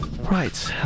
Right